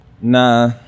Nah